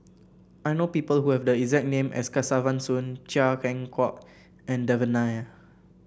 I know people who have the exact name as Kesavan Soon Chia Keng Hock and Devan Nair